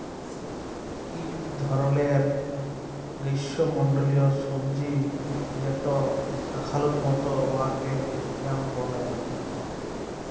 ইক ধরলের গিস্যমল্ডলীয় সবজি যেট শাকালুর মত উয়াকে য়াম ব্যলে